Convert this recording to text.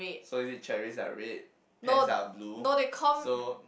so is it cherries are red pens are blue so